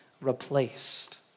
replaced